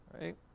right